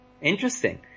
Interesting